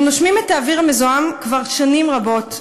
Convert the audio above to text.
הם נושמים את האוויר המזוהם כבר שנים רבות,